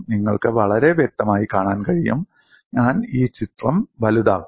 നിങ്ങൾക്ക് വളരെ വ്യക്തമായി കാണാൻ കഴിയും ഞാൻ ഈ ചിത്രം വലുതാക്കും